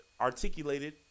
articulated